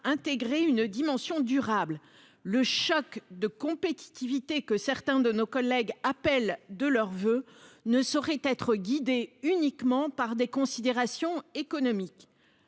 intégré une dimension durable. Le choc de compétitivité que certains de nos collègues appellent de leurs voeux ne saurait être guidé uniquement par des considérations économiques.